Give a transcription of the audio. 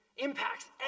impacts